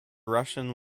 russian